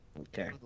okay